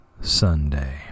Sunday